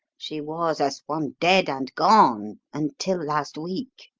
she was as one dead and gone until last week.